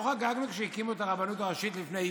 לא חגגנו כשהקימו את הרבנות הראשית לפני